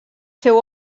seu